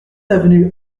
avenue